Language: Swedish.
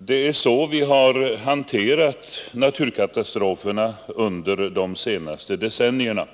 Det är på detta sätt som vi har behandlat naturkatastroferna under de senaste decennierna.